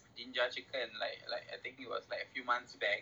jinjja chicken like like I think it was like a few months back